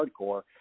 hardcore